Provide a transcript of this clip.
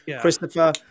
Christopher